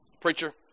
Preacher